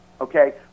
okay